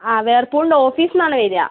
ആ വേൾപൂളിന്റെ ഓഫീസിൽ നിന്നാണ് വരിക